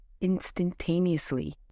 instantaneously